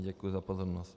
Děkuji za pozornost.